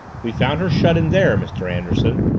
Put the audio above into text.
we found her shut in there, mr. anderson,